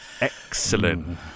Excellent